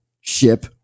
ship